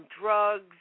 drugs